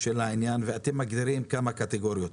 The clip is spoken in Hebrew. של העניין ואתם מגדירים כמה קטגוריות.